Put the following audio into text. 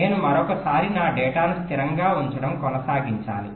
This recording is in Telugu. నేను మరొక సారి నా డేటాను స్థిరంగా ఉంచడం కొనసాగించాలి